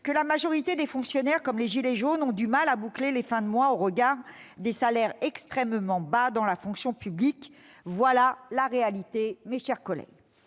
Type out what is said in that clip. que la majorité d'entre eux, comme les gilets jaunes, ont du mal à boucler leurs fins de mois au regard des salaires extrêmement bas dans la fonction publique. Voilà la réalité, mes chers collègues